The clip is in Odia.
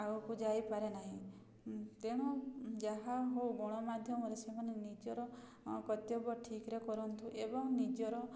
ଆଗକୁ ଯାଇପାରେ ନାହିଁ ତେଣୁ ଯାହା ହଉ ଗଣମାଧ୍ୟମରେ ସେମାନେ ନିଜର କର୍ତ୍ତବ୍ୟ ଠିକ୍ରେ କରନ୍ତୁ ଏବଂ ନିଜର